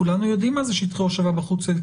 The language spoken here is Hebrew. כולנו יודעים מה זה שטחי הושבה בחוץ,